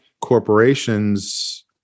corporations